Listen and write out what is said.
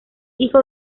hijo